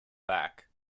back